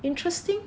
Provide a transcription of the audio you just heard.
interesting